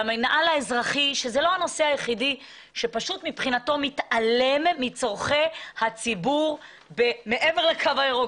שזה לא הנושא היחידי שפשוט מבחינתו מתעלם מצרכי הציבור מעבר לקו הירוק,